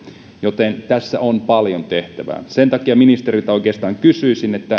joten tässä on paljon tehtävää sen takia ministeriltä oikeastaan kysyisin